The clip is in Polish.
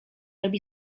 robi